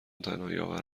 تنهاییآور